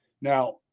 Now